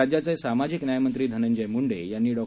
राज्याचे सामाजिक न्याय मंत्री धनंजय मुंडे यांनी डॉ